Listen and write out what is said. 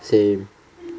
same